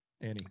Annie